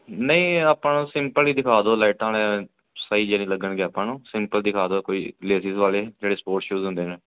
ਨਹੀਂ ਆਪਾਂ ਨੂੰ ਸਿੰਪਲ ਹੀ ਦਿਖਾ ਦਿਉ ਲਾਈਟਾਂ ਵਾਲਿਆਂ ਸਾਈਜ ਨਹੀਂ ਲੱਗਣਗੇ ਆਪਾਂ ਨੂੰ ਸਿੰਪਲ ਦਿਖਾ ਦਿਉ ਕੋਈ ਲੇਸੀਜ਼ ਵਾਲੇ ਜਿਹੜੇ ਸਪੋਰਟਸ ਸ਼ੂਜ਼ ਹੁੰਦੇ ਨੇ